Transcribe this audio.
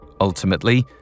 Ultimately